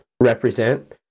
represent